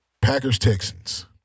Packers-Texans